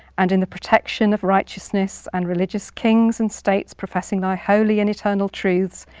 and in the protection of righteousness and religious kings and states, professing thy holy and eternal truths,